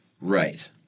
Right